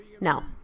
No